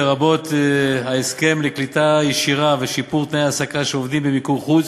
לרבות ההסכם לקליטה ישירה ושיפור תנאי ההעסקה של עובדים במיקור-חוץ,